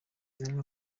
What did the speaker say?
inka